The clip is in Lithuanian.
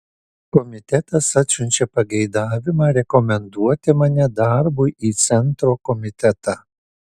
komitetas atsiunčia pageidavimą rekomenduoti mane darbui į centro komitetą